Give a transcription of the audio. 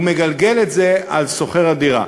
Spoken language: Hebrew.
הוא מגלגל את זה על שוכר הדירה.